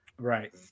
Right